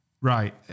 Right